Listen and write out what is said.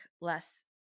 less